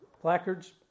placards